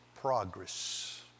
progress